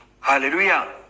Hallelujah